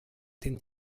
den